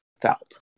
felt